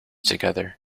together